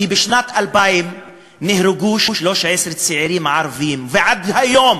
כי בשנת 2000 נהרגו 13 צעירים ערבים ועד היום